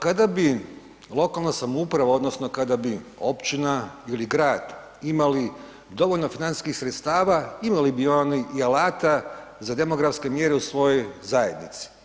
Kada bi lokalna samouprava, odnosno kada bi općina ili grad imali dovoljno financijskih sredstava imali bi oni i alata za demografske mjere u svojoj zajednici.